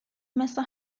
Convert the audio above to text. مثل